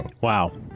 Wow